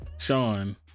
Sean